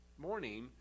morning